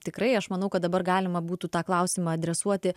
tikrai aš manau kad dabar galima būtų tą klausimą adresuoti